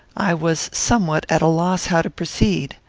i was somewhat at a loss how to proceed.